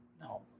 no